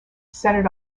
centered